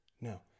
No